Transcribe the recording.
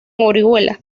orihuela